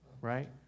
right